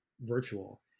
virtual